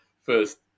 First